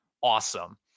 awesome